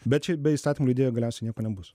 bet šiaip be įstatymų leidėjo galiausiai nieko nebus